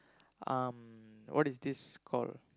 um what is this called